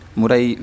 murai